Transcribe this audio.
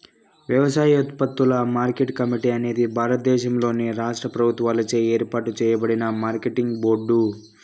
వ్యవసాయోత్పత్తుల market committee అనేది భారతదేశంలోని రాష్ట్ర ప్రభుత్వాలచే ఏర్పాటు చేయబడిన మార్కెటింగ్ బోర్డు